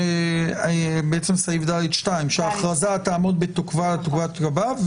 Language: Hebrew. שבעצם סעיף (ד)(2) שההכרזה תעמוד בתוקפה לתקופה שתיקבע.